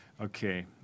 Okay